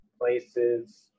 places